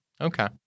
Okay